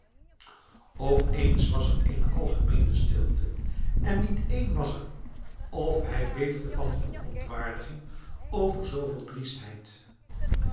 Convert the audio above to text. opeens was er eene algemeene stilte en niet één was er of hij beefde van verontwaardiging over zooveel driestheid